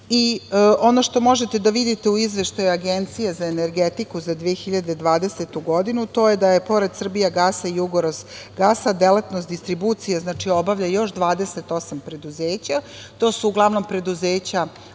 živi. Ono što možete da vidite u Izveštaju Agencije za energetiku za 2020. godinu, to je da je pored „Srbijagasa“, „Jugorozgasa“, delatnost distribucije, znači obavlja još 28 preduzeća. To su uglavnom preduzeća